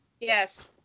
Yes